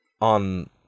On